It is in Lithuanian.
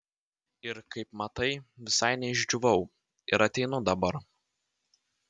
ir kaip matai visai neišdžiūvau ir ateinu dabar